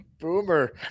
boomer